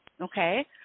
Okay